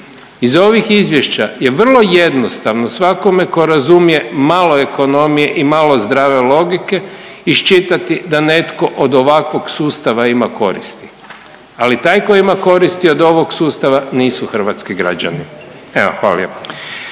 Iz ovih izvješća je vrlo jednostavno svakome ko razumije malo ekonomije i malo zdrave logike iščitati da neko od ovakvog sustava ima koristi, ali taj koji ima koristi od ovog sustava nisu hrvatski građani. Evo hvala lijepa.